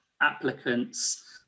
applicants